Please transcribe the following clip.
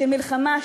של מלחמה,